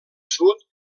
sud